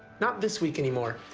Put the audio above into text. not this week anymore,